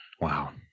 Wow